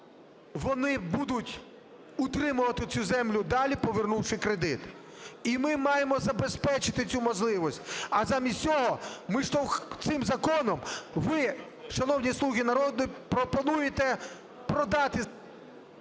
вони будуть утримувати цю землю далі, повернувши кредит. І ми маємо забезпечити цю можливість. А замість цього ми цим законом… ви, шановні "слуги народу", пропонуєте продати…